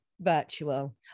virtual